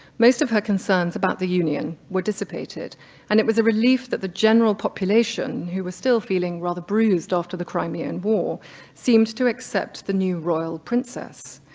most of her concerns about the union were dissipated and it was a relief that the general population who was still feeling rather bruised after the crimean war seemed to accept the new royal princess.